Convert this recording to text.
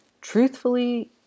Truthfully